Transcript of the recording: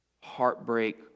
heartbreak